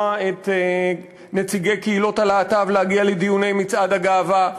את נציגי קהילות הלהט"ב מלהגיע לדיוני מצעד הגאווה,